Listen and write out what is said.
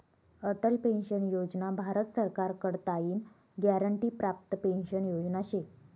Atal pension योजना भारत सरकार कडताईन ग्यारंटी प्राप्त पेंशन योजना शे